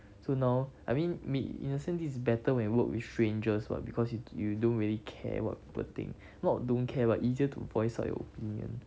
so now I mean me in a sense this is better when you work with strangers [what] because you you don't really care what people think not don't care but easier to voice out your opinion